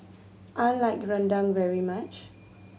I like rendang very much